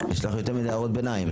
יש לך יותר מדיי הערות ביניים,